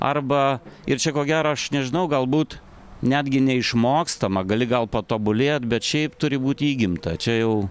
arba ir čia ko gero aš nežinau galbūt netgi neišmokstama gali gal patobulėt bet šiaip turi būti įgimta čia jau